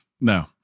No